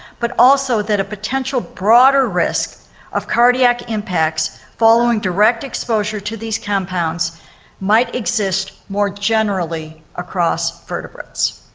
but also that a potential broader risk of cardiac impacts following direct exposure to these compounds might exist more generally across vertebrates.